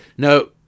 No